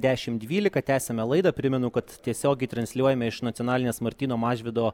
dešim dvylika tęsiame laidą primenu kad tiesiogiai transliuojame iš nacionalinės martyno mažvydo